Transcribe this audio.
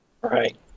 Right